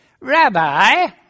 Rabbi